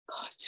God